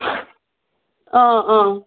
অ অ